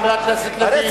חבר הכנסת לוין.